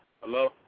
Hello